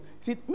See